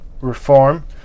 reform